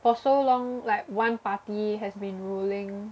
for so long like one party has been ruling